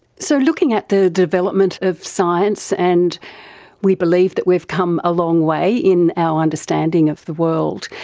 so looking at the development of science, and we believe that we've come a long way in our understanding of the world,